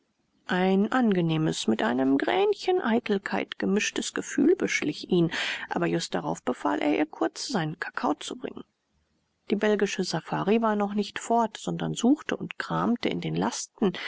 ein angenehmes mit einem gränchen eitelkeit gemischtes gefühl beschlich ihn aber just darum befahl er ihr kurz seinen kakao zu bringen die belgische safari war noch nicht fort sondern suchte und kramte in den lasten